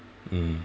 mm